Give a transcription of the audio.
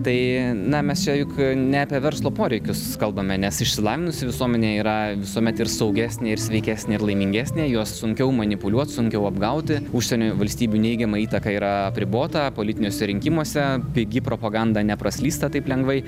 tai na mes čia juk ne apie verslo poreikius kalbame nes išsilavinusi visuomenė yra visuomet ir saugesnė ir sveikesnė ir laimingesnė juos sunkiau manipuliuot sunkiau apgauti užsienio valstybių neigiama įtaka yra apribota politiniuose rinkimuose pigi propaganda nepraslysta taip lengvai